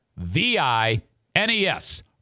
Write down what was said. V-I-N-E-S